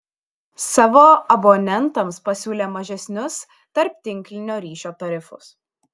savo abonentams pasiūlė mažesnius tarptinklinio ryšio tarifus